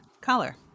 Color